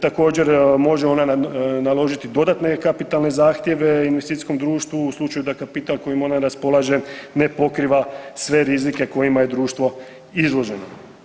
Također može ona naložiti dodatne kapitalne zahtjeve investicijskom društvu u slučaju da kapital kojim ona ne raspolaže ne pokriva sve rizike kojima je društvo izloženo.